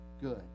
good